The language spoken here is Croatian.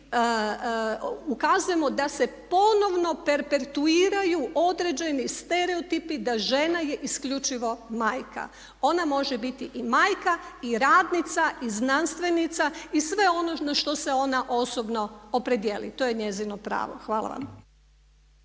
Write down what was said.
ukazujemo da se ponovno perpetuiraju određeni stereotipi da žena je isključivo majka. Ona može biti i majka i radnica i znanstvenica i sve ono na što se ona osobno opredijeli. To je njezino pravo. Hvala vam.